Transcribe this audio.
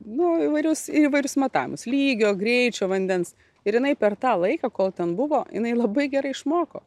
nu įvairius įvairius matavimus lygio greičio vandens ir jinai per tą laiką kol ten buvo jinai labai gerai išmoko